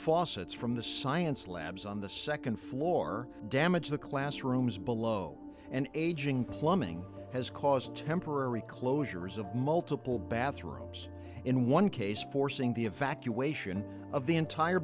faucets from the science labs on the second floor damaged the classrooms below and aging plumbing has caused temporary closures of multiple bathrooms in one case forcing the evacuation of the entire